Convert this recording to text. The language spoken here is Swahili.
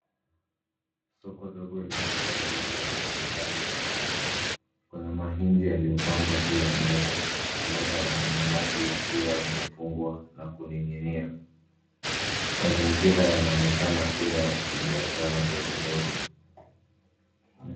Soko ndogo linauza bidhaa mbalimbali za chakula. Kuna mahindi yaliyopangwa juu ya meza pamoja na mananasi yakiwa yamefungwa na kuning'inia. Mazingira yanaonekana kuwa ya kibiashara ndogo ndogo.